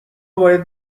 باید